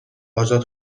آزاد